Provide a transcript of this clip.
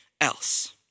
else